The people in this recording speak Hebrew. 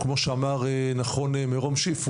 כמו שאמר נכון מירום שיף,